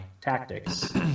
tactics